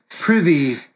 privy